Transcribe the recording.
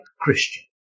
Christian